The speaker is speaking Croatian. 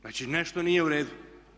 Znači nešto nije u redu.